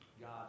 God